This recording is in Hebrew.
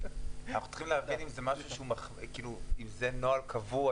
אנחנו צריכים להבין אם זה נוהל קבוע,